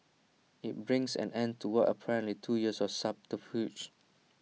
IT brings an end to what was apparently two years of subterfuge